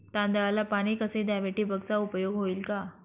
तांदळाला पाणी कसे द्यावे? ठिबकचा उपयोग होईल का?